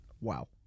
Wow